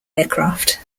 aircraft